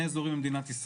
לשבת באופן פרטני,